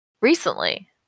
Recently